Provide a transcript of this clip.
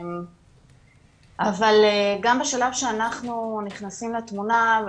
אבל גם בשלב שאנחנו נכנסים לתמונה,